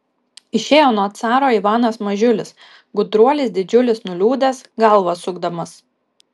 išėjo nuo caro ivanas mažiulis gudruolis didžiulis nuliūdęs galvą sukdamas